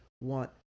want